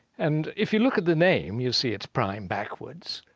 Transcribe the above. and if you look at the name, you'll see it's prime backwards.